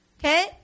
Okay